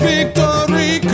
Victory